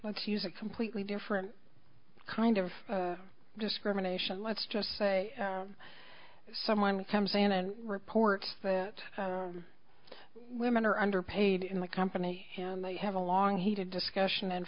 lets use a completely different kind of discrimination let's just say someone comes and reports that women are underpaid in the company and they have a long heated discussion and